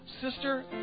sister